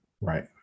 right